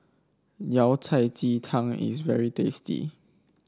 Yao Cai Ji Tang is very tasty